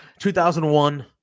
2001